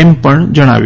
એમ જણાવ્યું